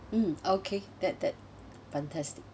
mm okay that that fantastic